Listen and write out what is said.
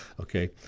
Okay